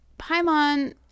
Paimon